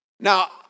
Now